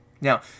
Now